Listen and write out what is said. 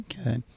Okay